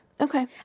okay